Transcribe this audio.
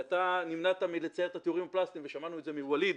אתה נמנעת מתיאורים פלסטיים ושמענו את זה מווליד,